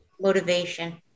Motivation